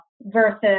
versus